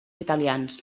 italians